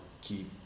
keep